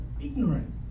ignorant